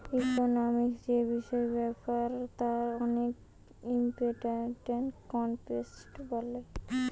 economic যে বিষয় ব্যাপার তার অনেক ইম্পরট্যান্ট কনসেপ্ট আছে